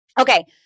okay